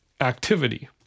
activity